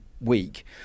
week